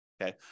okay